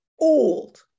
old